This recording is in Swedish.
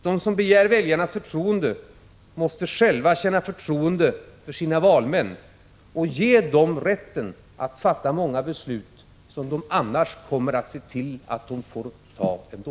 De som begär väljarnas förtroende måste själva känna förtroende för sina valmän och ge dem rätten att fatta många beslut som de annars kommer att se till att ta ändå.